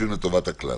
וחושבים לטובת הכלל.